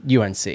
UNC